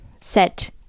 set